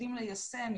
יודעים ליישם,